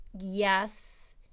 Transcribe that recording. Yes